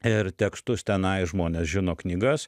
ir tekstus tenai žmonės žino knygas